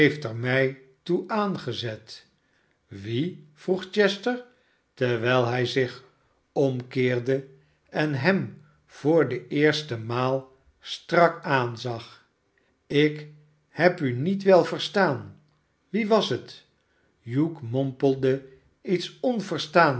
er mij toe aangezet wie vroeg chester terwijl hij zich omkeerde en hem voor de eerste maal strak aanzag ilk heb u niet wel verstaan wie was het hugh mompelde iets onverstaanbaars